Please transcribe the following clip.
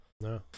No